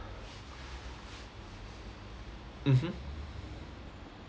mmhmm